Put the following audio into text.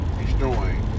destroying